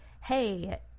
hey